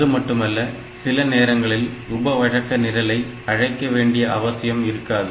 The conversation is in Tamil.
அதுமட்டுமல்ல சில நேரங்களில் உப வழக்கு நிரலை அழைக்க வேண்டிய அவசியம் இருக்காது